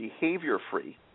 behavior-free